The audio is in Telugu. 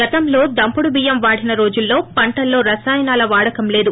గతం లో దంపుడు బియ్యం వాడిన రోజుల్లో పంటల్లో రసాయనాల వాడకం లేదు